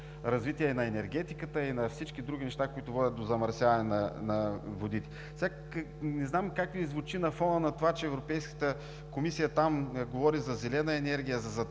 развитие на енергетиката и на всички други неща, които водят до замърсяване на водите. Не знам как Ви звучи на фона на това, че Европейската комисия там говори за зелена енергия,